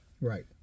right